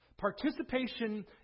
Participation